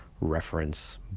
reference